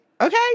Okay